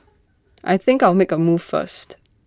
I think I'll make A move first